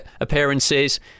appearances